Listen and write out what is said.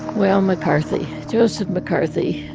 well, mccarthy joseph mccarthy